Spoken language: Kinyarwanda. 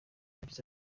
yagize